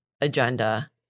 agenda